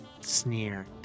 sneer